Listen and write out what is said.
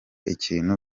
ikintu